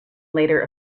later